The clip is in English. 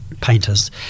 painters